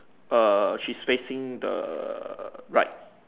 err she's facing the right